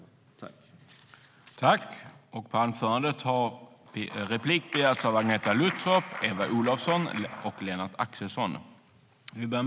I detta anförande instämde Anders Andersson .